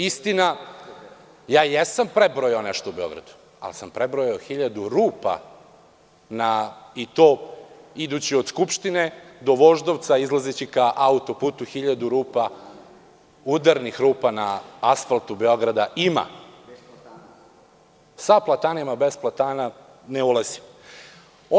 Istina, ja jesam prebrojao nešto u Beogradu, ali sam prebrojao 1000 rupa i to idući od Skupštine do Voždovca, izlazeći ka autoputu, 1000 udarnih rupa na asfaltu Beograda ima, sa platanima, bez platana, ne ulazim u to.